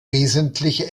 wesentlich